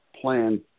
plan